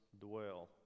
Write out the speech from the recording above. dwell